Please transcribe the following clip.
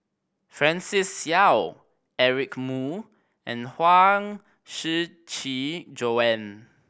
Francis Seow Eric Moo and Huang Shiqi Joan